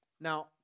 Now